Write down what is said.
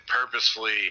purposefully